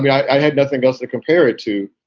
i had nothing else to compare it to.